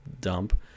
dump